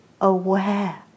aware